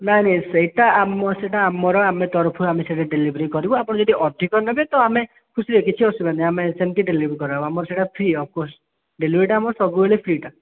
ନାଇଁ ନାଇଁ ସେଇଟା ଆମର ସେଇଟା ଆମର ଆମେ ଆମ ତରଫରୁ ସେଇଟା ଡେଲିଭରୀ କରିବୁ ଆପଣ ଯଦି ଅଧିକ ନେବେ ତ ଆମେ ଖୁସି ହେବୁ କିଛି ଅସୁବିଧା ନାହିଁ ଆମେ ସେମିତି ଡେଲିଭରୀ କରିବୁ ଆମର ସେଇଟା ଫ୍ରି ଅଫ୍ କୋର୍ସ୍ ଡେଲିଭରୀଟା ଆମର ସବୁବେଳେ ଫ୍ରିଟା